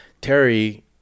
Terry